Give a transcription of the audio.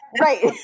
Right